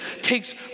takes